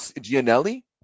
Gianelli